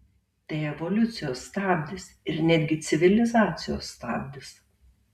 tai evoliucijos stabdis ir netgi civilizacijos stabdis